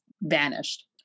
vanished